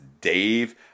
Dave